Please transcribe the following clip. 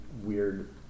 weird